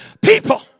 people